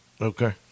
Okay